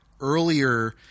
earlier